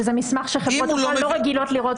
שזה מסמך שחברות תעופה לא רגילות לראות.